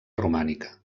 romànica